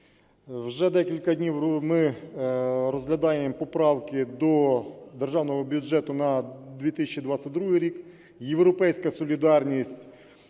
Вже декілька днів ми розглядаємо поправки до Державного бюджету на 2022 рік, "Європейська солідарність"